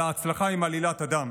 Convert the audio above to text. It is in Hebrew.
על ההצלחה עם עלילת הדם.